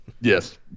Yes